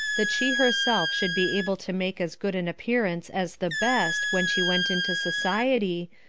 that she herself should be able to make as good an appearance as the best when she went into society,